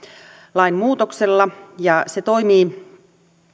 lainmuutoksella ja se toimii